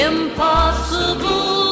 Impossible